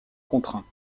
contraints